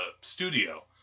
studio